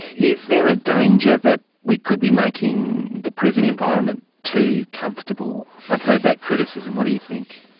is there a danger that we could be making the prison environment too comfortable? i've heard that criticism. what do you think?